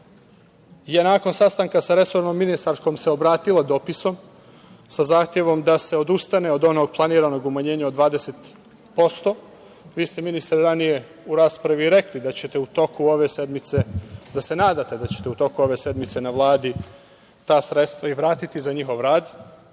se nakon sastanka sa resornom ministarkom obratila dopisom sa zahtevom da se odustane od onog planiranog umanjenja od 20%. Vi ste, ministre, ranije u raspravi rekli da ćete u toku ove sedmice, da se nadate da ćete u toku ove sedmice na Vladi ta sredstva i vratiti za njihov rad.